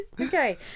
Okay